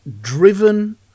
driven